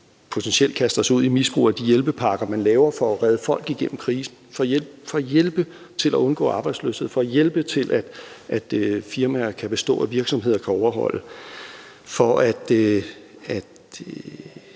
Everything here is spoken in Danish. potentielt kaster os ud i misbrug af de hjælpepakker, man laver for at redde folk igennem krisen, for at hjælpe til at undgå arbejdsløshed, for at hjælpe til, at firmaer kan bestå og virksomheder kan overleve, altså